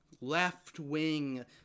left-wing